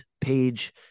page